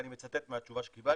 ואני מצטט מהתשובה שקיבלתי,